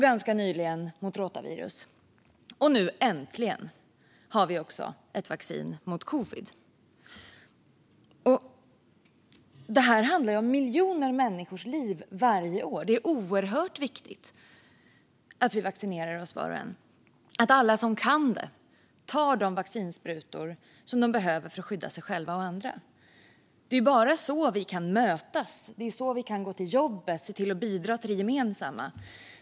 Ganska nyligen kom ett vaccin mot rotavirus, och nu har vi äntligen också ett vaccin mot covid. Det här handlar om miljoner människors liv varje år. Det är oerhört viktigt att vi var och en vaccinerar oss, att alla som kan tar de vaccinsprutor som de behöver för att skydda sig själva och andra. Det är bara så vi kan mötas. Det är så vi kan gå till jobbet och bidra till det gemensamma.